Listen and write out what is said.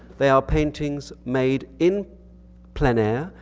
they are paintings made in plein air,